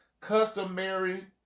customary